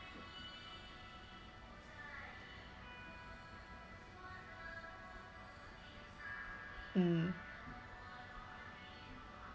mm